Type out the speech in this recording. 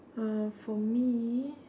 uh for me